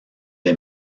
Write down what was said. des